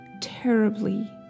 terribly